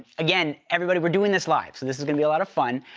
again, everybody, we're doing this live. so this is gonna be a lot of fun.